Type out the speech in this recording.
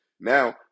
Now